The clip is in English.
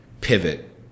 pivot